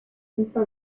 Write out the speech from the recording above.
infra